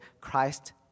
Christ